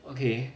okay